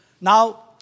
Now